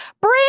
Brand